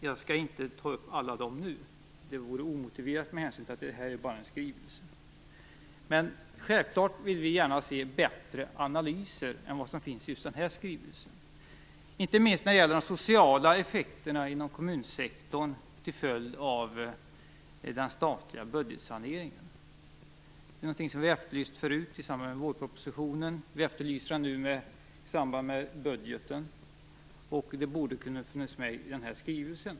Jag skall inte ta upp dem alla nu, det vore omotiverat med hänsyn till att detta bara är en skrivelse. Självklart vill vi gärna se bättre analyser än de som finns i just den här skrivelsen. Inte minst gäller det de sociala effekterna inom kommunsektorn till följd av den statliga budgetsaneringen. Det är någonting som vi har efterlyst förut, i samband med vårpropositionen, vi efterlyser den nu i samband med budgeten och det borde ha kunnat finnas med i denna skrivelse.